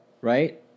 Right